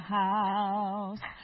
house